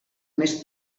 més